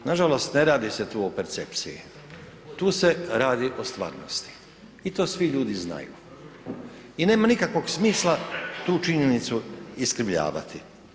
Nažalost, ne radi se tu o percepciji, tu se radi o stvarnosti i to svi ljudi znaju i nema nikakvog smisla tu činjenicu iskrivljavati.